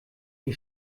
die